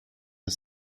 the